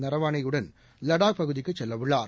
நரவானே யுடன் லடாக் பகுதிக்குச் செல்லவுள்ளார்